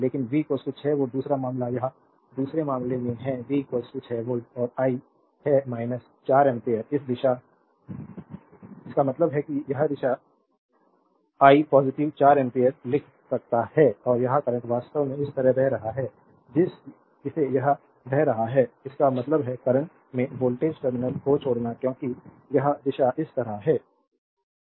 तो V 6 volt दूसरा मामला यह दूसरे मामले में है वी 6 वोल्ट और आई है 4 एम्पीयर इस दिशा इसका मतलब है कि यह दिशा I आई पॉजिटिव 4 एम्पीयर लिख सकता है और यह करंट वास्तव में इस तरह बह रहा है जैसे यह बह रहा है इसका मतलब है करंट में वोल्टेज टर्मिनल को छोड़ना क्योंकि यह दिशा इस तरह है